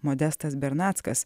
modestas bernackas